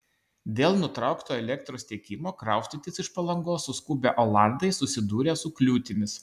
dėl nutraukto elektros tiekimo kraustytis iš palangos suskubę olandai susidūrė su kliūtimis